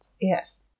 Yes